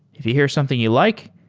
if you hear something you like,